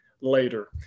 later